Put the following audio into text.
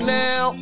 now